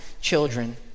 children